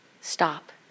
Stop